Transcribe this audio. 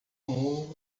mundo